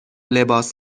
لباس